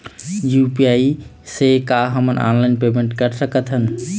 UPI से का हमन ऑनलाइन पेमेंट कर सकत हन?